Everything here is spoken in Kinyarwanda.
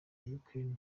ukraine